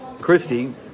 Christy